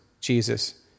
Jesus